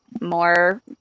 more